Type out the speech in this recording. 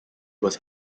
was